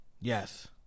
Yes